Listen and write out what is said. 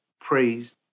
praised